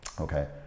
Okay